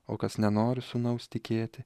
o kas nenori sūnaus tikėti